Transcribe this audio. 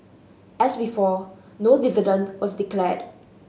as before no dividend was declared